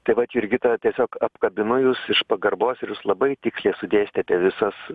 tai vat jurgita tiesiog apkabinu jus iš pagarbos ir jūs labai tiksliai sudėstėte visas